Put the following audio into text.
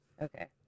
Okay